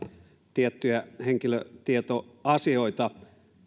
tiettyjä henkilötietoasioita